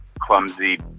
clumsy